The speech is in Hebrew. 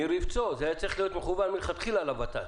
זה היה צריך להיות מכוון מלכתחילה לות"ת.